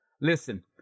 Listen